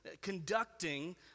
conducting